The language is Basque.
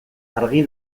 argi